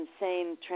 insane